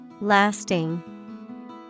Lasting